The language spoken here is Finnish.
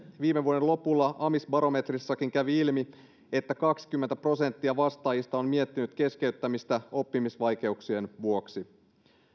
viime vuoden lopulla amisbarometrissakin kävi ilmi että kaksikymmentä prosenttia vastaajista on miettinyt keskeyttämistä oppimisvaikeuksien vuoksi